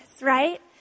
right